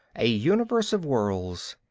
a universe of worlds.